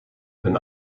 een